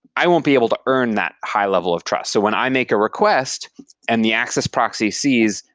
i won't be able to earn that high level of trust. so when i make a request and the access proxy sees,